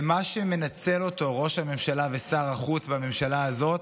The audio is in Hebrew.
ומה שמנצלים אותו ראש הממשלה ושר החוץ בממשלה הזאת,